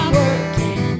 working